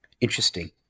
Interesting